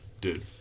Dude